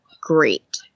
great